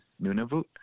nunavut